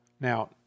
Now